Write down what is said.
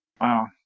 Wow